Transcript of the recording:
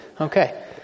Okay